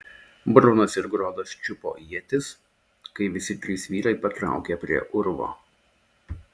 brunas ir grodas čiupo ietis kai visi trys vyrai patraukė prie urvo